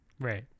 right